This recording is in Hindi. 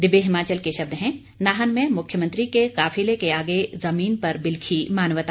दिव्य हिमाचल के शब्द हैं नाहन में मुख्यमंत्री के काफिले के आगे जमीन पर बिलखी मानवता